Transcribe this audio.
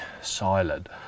silent